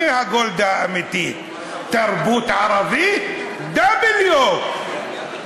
אני גולדה האמיתית: תרבות ערבית, דאבל יוק.